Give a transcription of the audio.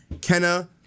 Kenna